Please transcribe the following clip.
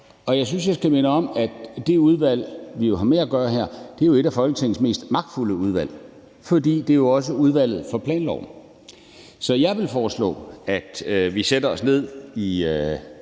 og jeg synes også, jeg skal minde om, at det udvalg, som vi her har med at gøre, er et af Folketingets mest magtfulde udvalg, fordi det også er udvalget for planloven. Så jeg vil foreslå, at vi i næste runde